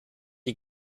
die